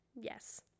yes